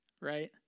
right